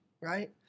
Right